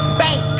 bank